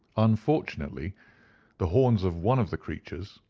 unfortunately the horns of one of the creatures,